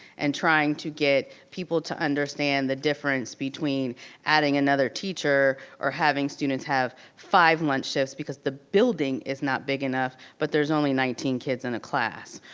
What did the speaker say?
and trying to get people to understand the difference between adding another teacher, or having students have five lunch shifts, because the building is not big enough, but there's only nineteen kids in a class.